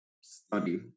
study